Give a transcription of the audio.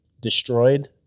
destroyed